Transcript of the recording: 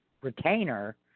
retainer